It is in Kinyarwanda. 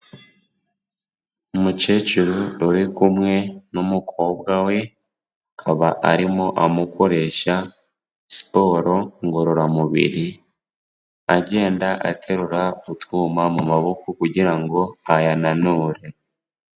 Umukecuru uri kumwe n'umukobwa we, akaba arimo amukoresha siporo ngororamubiri, agenda aterura utwuma mu maboko kugira ngo ayananure.